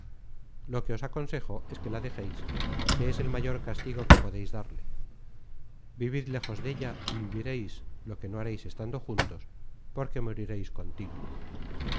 lo que os aconsejo es que la dejeis que es el mayor castigo que podreis darle vivid lejos della y vivireis lo que no hareis estando juntos porque morireis contínuo